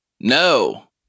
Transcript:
No